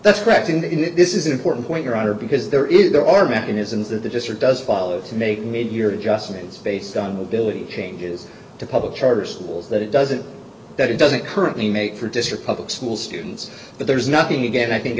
that's correct and in that this is an important point your honor because there is there are mechanisms that the district does follow to make made your adjustments based on the ability changes to public charter schools that it doesn't that it doesn't currently make for district public school students but there's nothing again i think